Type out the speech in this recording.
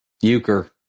Euchre